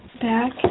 back